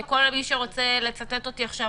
כל מי שרוצה לצטט אותי עכשיו,